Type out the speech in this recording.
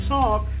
Talk